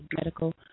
medical